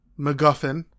MacGuffin